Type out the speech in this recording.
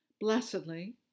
Blessedly